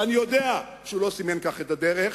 ואני יודע שהוא לא סימן כך את הדרך,